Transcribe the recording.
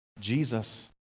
Jesus